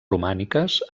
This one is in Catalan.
romàniques